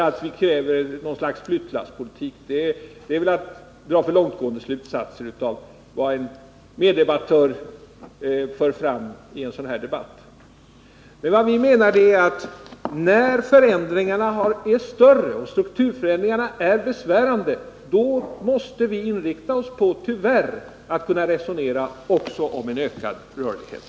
Att påstå att jag gjort det är väl att dra för långtgående slutsatser av vad en meddebattör sagt. Vad vi menar är att när strukturförändringarna är besvärande måste vi tyvärr inrikta oss på att kunna resonera också om en ökad rörlighet.